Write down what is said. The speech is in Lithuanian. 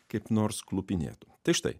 kaip nors klupinėtų tai štai